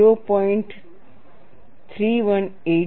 318 છે